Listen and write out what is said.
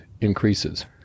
increases